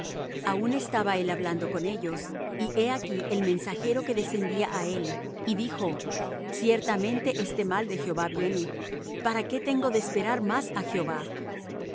aun estaba él hablando con ellos y he aquí el mensajero que descendía á él y dijo ciertamente este mal de jehová viene para qué tengo de esperar más á jehová